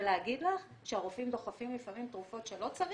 ולהגיד לך שהרופאים דוחפים לפעמים תרופות כשלא צריך?